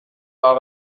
par